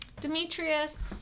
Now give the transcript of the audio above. Demetrius